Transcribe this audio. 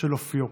של אופיו.